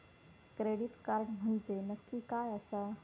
Credit card म्हंजे नक्की काय आसा?